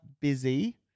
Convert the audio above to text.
busy